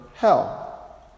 hell